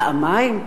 פעמיים,